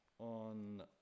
on